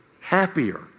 happier